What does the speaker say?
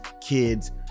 kids